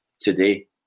today